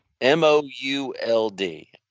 M-O-U-L-D